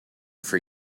for